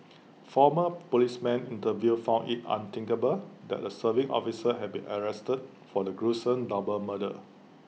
former policemen interviewed found IT unthinkable that A serving officer had been arrested for the gruesome double murder